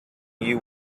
you